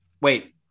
Wait